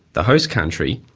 the host country,